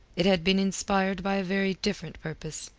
it had been inspired by a very different purpose,